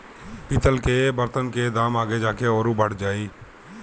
पितल कअ बर्तन के दाम आगे जाके अउरी बढ़ जाई